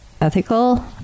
ethical